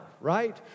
Right